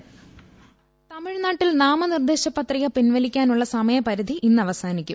voice തമിഴ്നാട്ടിൽ നാമനിർദ്ദേശ പത്രിക പിൻവലിക്കാനുളള സമയപരിധി ഇന്നവസാനിക്കും